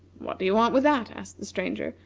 what do you want with that? asked the stranger,